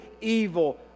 evil